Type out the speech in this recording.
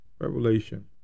Revelation